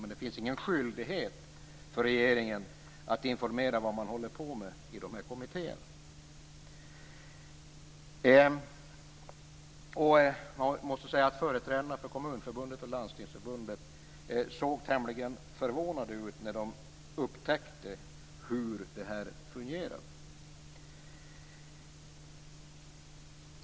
Men det finns ingen skyldighet för regeringen att informera om vad man håller på med i de här kommittéerna. Företrädarna för Kommunförbundet och Landstingsförbundet såg tämligen förvånade ut när de upptäckte hur det här fungerar.